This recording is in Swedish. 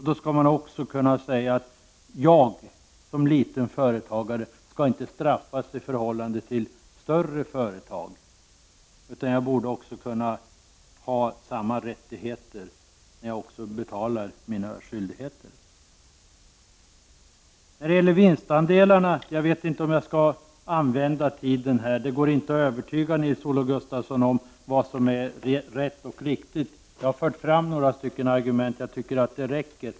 Då skall jag inte heller som liten företagare straffas i förhållande till större företag, utan jag borde ha samma rättigheter när jag också uppfyller mina skyldigheter. Jag vet inte om jag skall använda tiden här för att försöka övertyga Nils Olof Gustafsson om vad som är rätt och riktigt när det gäller sociala avgifter på vinstandelar. Jag har fört fram en del argument, och det tycker jag räcker.